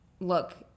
look